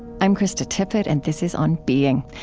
i'm krista tippett, and this is on being.